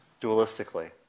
dualistically